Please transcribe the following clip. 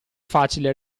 facile